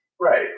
right